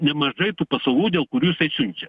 nemažai tų paslaugų dėl kurių jisai siunčia